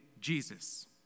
Jesus